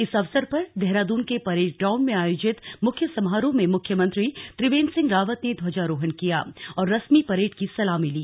इस अवसर पर देहरादून के परेड ग्राउंड में आयोजित मुख्य समारोह में मुख्यमंत्री त्रिवेन्द्र सिंह रावत ने ध्वजारोहण किया और रसमी परेड़ की सलामी ली